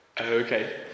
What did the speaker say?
Okay